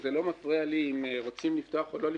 וזה לא מפריע לי אם רוצים לפתוח או לא לפתוח,